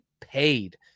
paid